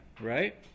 Right